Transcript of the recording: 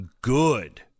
good